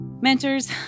Mentors